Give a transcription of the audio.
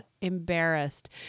embarrassed